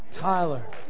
Tyler